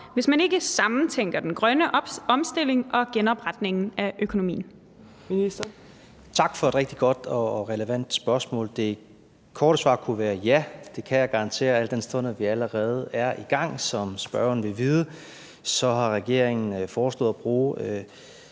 Klima-, energi- og forsyningsministeren (Dan Jørgensen): Tak for et rigtig godt og relevant spørgsmål. Det korte svar kunne være ja. Det kan jeg garantere, al den stund vi allerede er i gang. Som spørgeren vil vide, har regeringen foreslået at bruge